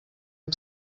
him